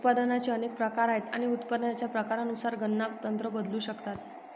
उत्पादनाचे अनेक प्रकार आहेत आणि उत्पादनाच्या प्रकारानुसार गणना तंत्र बदलू शकतात